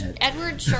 Edward